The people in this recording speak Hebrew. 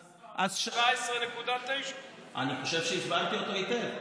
אז רק תסביר את המספר 17.9%. אני חושב שהסברתי אותו היטב,